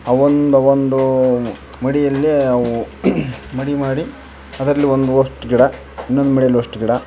ಆ ಒಂದು ಒಂದು ಮಡಿಯಲ್ಲಿ ಅವು ಮಡಿ ಮಾಡಿ ಅದ್ರಲ್ಲಿ ಒಂದಷ್ಟು ಗಿಡ ಇನ್ನೊಂದು ಮಡಿಯಲ್ಲಿ ಅಷ್ಟ್ ಗಿಡ